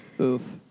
Oof